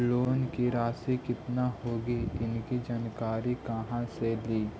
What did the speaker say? Loan की रासि कितनी होगी इसकी जानकारी कहा से ली?